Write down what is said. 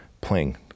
playing